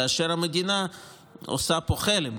כאשר המדינה עושה פה חלם,